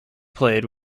played